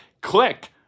Click